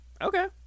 Okay